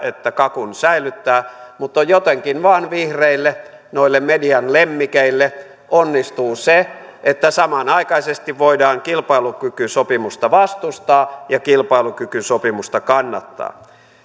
että kakkua säilyttää mutta jotenkin vain vihreille noille median lemmikeille onnistuu se että samanaikaisesti voidaan kilpailukykysopimusta vastustaa ja kilpailukykysopimusta kannattaa